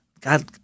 God